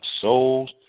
souls